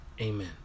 Amen